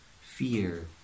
fear